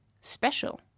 special